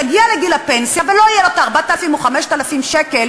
יגיע לגיל הפנסיה ולא יהיו לו 4,000 או 5,000 שקל